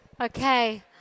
Okay